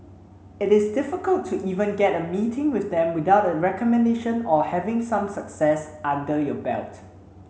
it is difficult to even get a meeting with them without a recommendation or having some success under your belt